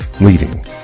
Leading